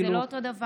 זה לא אותו הדבר.